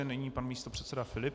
Nyní pan místopředseda Filip.